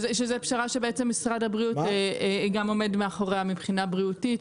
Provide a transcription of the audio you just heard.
שזה פשרה שבעצם משרד הבריאות גם עומד מאחוריה מבחינה בריאותית,